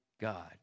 God